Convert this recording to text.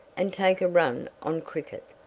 and take a run on cricket?